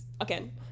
again